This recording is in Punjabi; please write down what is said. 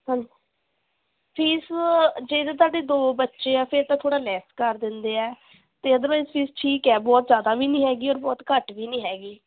ਹਾਂ ਫੀਸ ਜੇ ਤਾਂ ਤੁਹਾਡੇ ਦੋ ਬੱਚੇ ਆ ਫਿਰ ਤਾਂ ਥੋੜ੍ਹਾ ਲੈਸ ਕਰ ਦਿੰਦੇ ਆ ਅਤੇ ਅਦਰਵਾਈਜ਼ ਫੀਸ ਠੀਕ ਹੈ ਬਹੁਤ ਜ਼ਿਆਦਾ ਵੀ ਨਹੀਂ ਹੈਗੀ ਔਰ ਬਹੁਤ ਘੱਟ ਵੀ ਨਹੀਂ ਹੈਗੀ